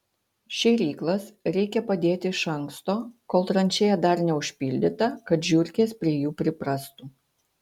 šėryklas reikia padėti iš anksto kol tranšėja dar neužpildyta kad žiurkės prie jų priprastų